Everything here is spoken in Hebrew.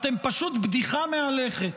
אתם פשוט בדיחה מהלכת.